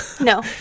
no